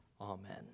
Amen